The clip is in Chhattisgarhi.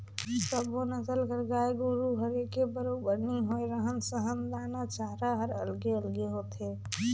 सब्बो नसल कर गाय गोरु हर एके बरोबर नी होय, रहन सहन, दाना चारा हर अलगे अलगे होथे